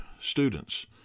students